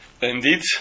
Indeed